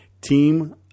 Team